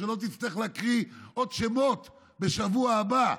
שלא תצטרך להקריא עוד שמות בשבוע הבא,